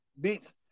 beats